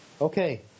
Okay